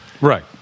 Right